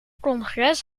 congres